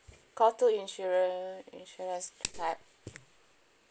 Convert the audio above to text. call two insurance insurance clap